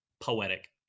poetic